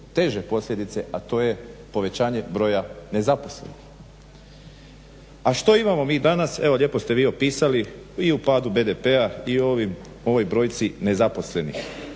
teže posljedice, a to je povećanje broja nezaposlenih. A što imamo mi danas? Evo lijepo ste vi opisali i u padu BDP-a i u ovoj brojci nezaposlenih.